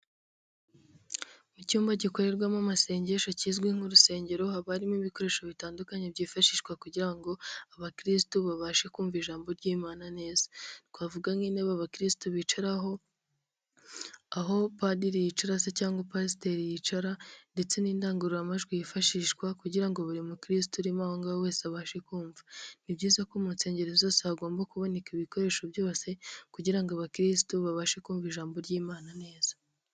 Mu cyumba gikorerwamo amasengesho kizwi nk'urusengero, haba harimo ibikoresho bitandukanye byifashishwa kugira ngo abakiristu babashe kumva ijambo ry'imana neza. Twavuga nk'intebe abakirisitu bicaraho, aho padiri yicara se cyangwa pasiteri yicara ndetse n'indangururamajwi yifashishwa kugira ngo buri muntu urimo aho ngaho wese abashe kumva. Ni byiza ko mu nsengero zose hagomba kuboneka ibikoresho byose kugira ngo abakristu babashe kumva ijambo ry'Imana neza.